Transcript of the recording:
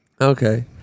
Okay